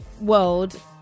world